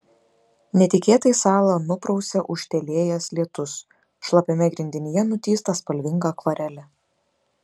netikėtai salą nuprausia ūžtelėjęs lietus šlapiame grindinyje nutįsta spalvinga akvarelė